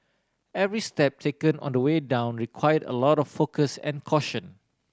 every step taken on the way down required a lot of focus and caution